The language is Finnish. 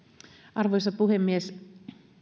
arvoisa puhemies